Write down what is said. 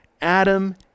Adam